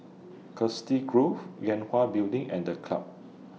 Chiselhurst Grove Yue Hwa Building and The Club